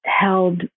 held